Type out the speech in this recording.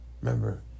Remember